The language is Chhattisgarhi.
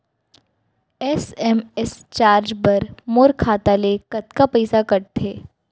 एस.एम.एस चार्ज बर मोर खाता ले कतका पइसा कटथे?